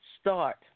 start